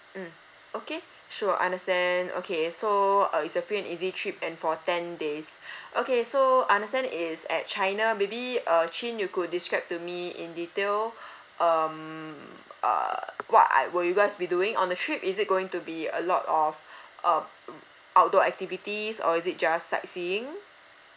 mm okay sure understand okay so uh is a free and easy trip and for ten days okay so understand is at china maybe uh chin you could describe to me in detail um uh what I will you guys be doing on the trip is it going to be a lot of uh outdoor activities or is it just sightseeing